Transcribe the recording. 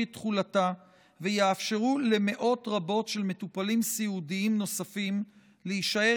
את תחולתה ויאפשרו למאות רבות של מטופלים סיעודיים נוספים להישאר